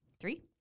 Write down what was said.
Three